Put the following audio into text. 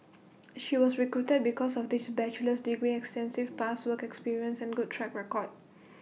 she was recruited because of this bachelor's degree extensive past work experience and good track record